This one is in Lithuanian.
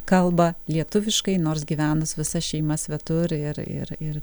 kalba lietuviškai nors gyvena su visa šeima svetur ir ir ir